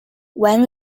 when